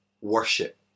worship